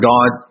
God